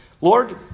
Lord